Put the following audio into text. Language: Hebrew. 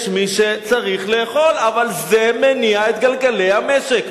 יש מי שצריך לאכול, אבל זה מניע את גלגלי המשק.